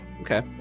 Okay